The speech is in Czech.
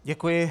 Děkuji.